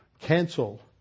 cancel